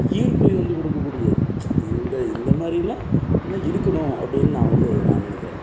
ஈர்ப்பை வந்து கொடுக்கக்கூடியது இந்த இந்த மாதிரில்லாம் இன்னும் இருக்கணும் அப்படின்னு நான் வந்து நான் நினைக்கிறேங்க